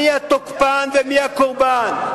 מי התוקפן ומי הקורבן?